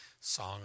Song